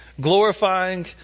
glorifying